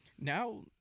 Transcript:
now